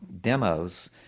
demos